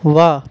ਵਾਹ